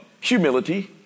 humility